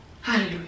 hallelujah